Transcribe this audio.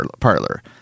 parlor